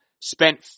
spent